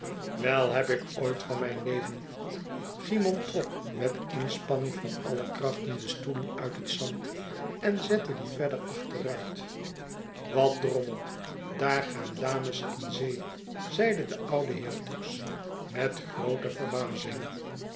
wei heb ik ooit van mijn leven cymon trok met inspanning van alle krachten de stoelen uit het zand en zette die verder achteruit wat drommel daar gaan dames in zee zeide de oude beer tuggs met groote verbazing